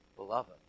beloved